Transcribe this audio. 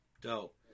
Dope